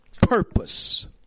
Purpose